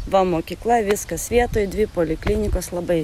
va mokykla viskas vietoj dvi poliklinikos labai